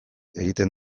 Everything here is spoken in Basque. egiten